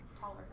taller